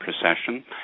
procession